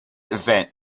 event